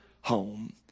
home